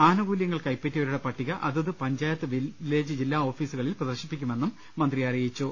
ആനുകൂല്യങ്ങൾ കൈപ്പറ്റിയവരുടെ പട്ടിക അതത് പഞ്ചായത്ത് വില്ലേ ജ് ജില്ലാ ഓഫീസുകളിൽ പ്രദർശിപ്പിക്കുമെന്നും മന്ത്രി പറഞ്ഞു